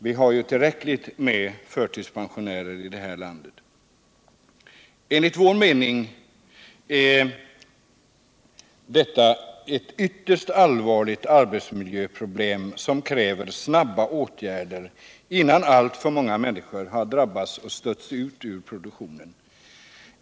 Vi har ju tillräckligt med förtidspensionärer i detta land. Enligt vår mening är detta ett ytterst allvarligt arbetsmiljöproblem, som kräver snabba åtgärder innan alltför många människor har drabbats och stötts ut ur produktionen.